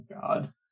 God